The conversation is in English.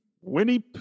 Winnie